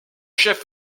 chef